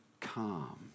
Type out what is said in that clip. calm